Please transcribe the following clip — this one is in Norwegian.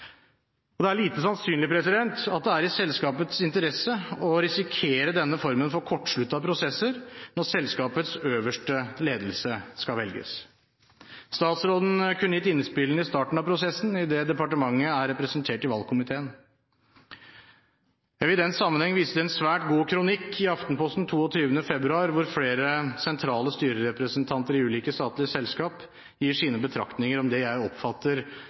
Det er lite sannsynlig at det er i selskapets interesse å risikere denne formen for kortsluttede prosesser når selskapets øverste ledelse skal velges. Statsråden kunne gitt innspillene i starten av prosessen, idet departementet er representert i valgkomiteen. Jeg vil i den sammenheng vise til en svært god kronikk i Aftenposten 22. februar, hvor flere sentrale styrerepresentanter i ulike statlige selskaper gir sine betraktninger om det jeg oppfatter